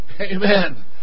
Amen